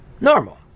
normal